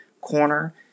corner